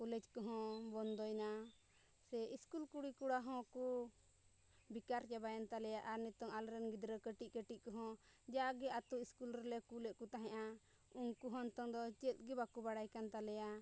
college ᱠᱚᱦᱚᱸ ᱵᱚᱱᱫᱚᱭᱮᱱᱟ ᱥᱮ ᱥᱠᱩᱞ ᱠᱩᱲᱤ ᱠᱚᱲᱟ ᱦᱚᱸᱠᱚ ᱵᱮᱠᱟᱨ ᱪᱟᱵᱟᱭᱮᱱ ᱛᱟᱞᱮᱭᱟ ᱟᱨ ᱱᱤᱛᱚᱜ ᱟᱞᱮ ᱨᱮᱱ ᱜᱤᱫᱽᱨᱟᱹ ᱠᱟᱹᱴᱤᱡ ᱠᱟᱹᱴᱤᱡ ᱠᱚᱦᱚᱸ ᱡᱟᱜᱮ ᱟᱹᱛᱩ ᱥᱠᱩᱞ ᱨᱮᱞᱮ ᱠᱩᱞᱮᱜ ᱠᱚ ᱛᱟᱦᱮᱱᱟ ᱩᱱᱠᱩ ᱦᱚᱸ ᱱᱤᱛᱚᱝ ᱫᱚ ᱪᱮᱫ ᱜᱮ ᱵᱟᱠᱚ ᱵᱟᱲᱟᱭ ᱠᱟᱱ ᱛᱟᱞᱮᱭᱟ